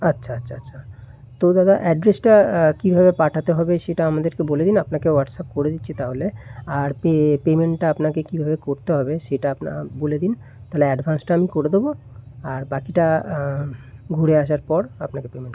আচ্ছা আচ্ছা আচ্ছা তো দাদা অ্যাড্রেসটা কীভাবে পাঠাতে হবে সেটা আমাদেরকে বলে দিন আপনাকে হোয়াটসঅ্যাপ করে দিচ্ছি তাহলে আর পেমেন্টটা আপনাকে কীভাবে করতে হবে সেটা আপনি বলে দিন তাহলে অ্যাডভান্সটা আমি করে দেবো আর বাকিটা ঘুরে আসার পর আপনাকে পেমেন্ট করে দেবো